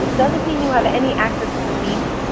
doesn't mean you have any access to the meaning.